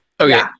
Okay